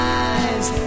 eyes